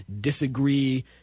disagree